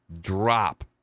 drop